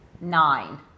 nine